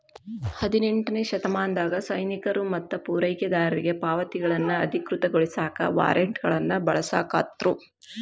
ಹದಿನೆಂಟನೇ ಶತಮಾನದಾಗ ಸೈನಿಕರು ಮತ್ತ ಪೂರೈಕೆದಾರರಿಗಿ ಪಾವತಿಗಳನ್ನ ಅಧಿಕೃತಗೊಳಸಾಕ ವಾರ್ರೆಂಟ್ಗಳನ್ನ ಬಳಸಾಕತ್ರು